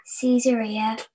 Caesarea